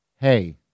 hey